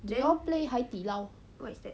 do you all play 海底捞